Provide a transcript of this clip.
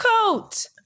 coat